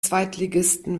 zweitligisten